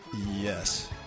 Yes